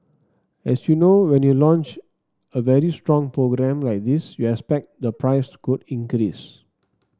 as you know when you launch a very strong program like this you expect the price could increase